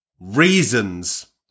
reasons